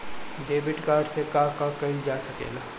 Debit card से का का कइल जा सके ला?